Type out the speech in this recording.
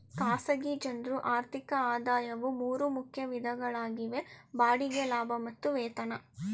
ಖಾಸಗಿ ಜನ್ರು ಆರ್ಥಿಕ ಆದಾಯವು ಮೂರು ಮುಖ್ಯ ವಿಧಗಳಾಗಿವೆ ಬಾಡಿಗೆ ಲಾಭ ಮತ್ತು ವೇತನ